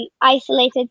isolated